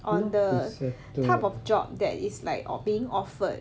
on the type of job that is like or being offered